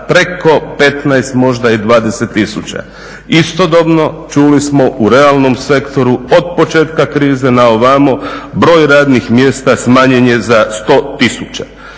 preko 15, možda i 20 tisuća. Istodobno čuli smo u realnom sektoru od početka krize na ovamo broj radnih mjesta smanjen je za 100 tisuća.